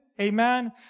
amen